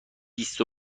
بیست